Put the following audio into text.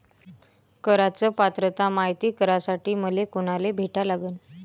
कराच पात्रता मायती करासाठी मले कोनाले भेटा लागन?